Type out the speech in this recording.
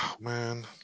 man